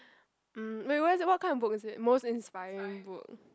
mm wait what's it what kind of book is it most inspiring book